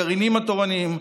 הגרעינים התורניים,